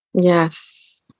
Yes